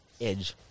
edge